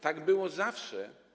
Tak było zawsze.